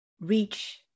reach